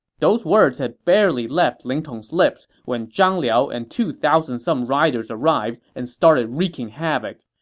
those words had barely left ling tong's lips when zhang liao and two thousand some riders arrived and started wreaking havoc.